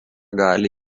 gali